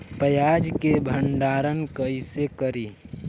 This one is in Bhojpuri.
प्याज के भंडारन कईसे करी?